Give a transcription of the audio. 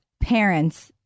parents